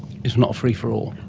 it's not free for all?